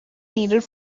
needed